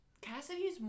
Cassidy's